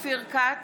אופיר כץ,